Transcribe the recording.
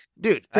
dude